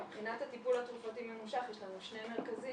מבחינת הטיפול התרופתי הממושך יש לנו שני מרכזים,